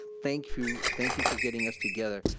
thank you thank you for getting us together.